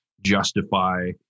justify